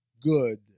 good